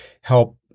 help